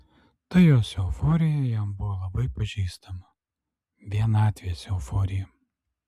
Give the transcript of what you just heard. ta jos euforija jam buvo labai pažįstama vienatvės euforija